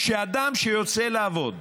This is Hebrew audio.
שאדם שיוצא לעבוד,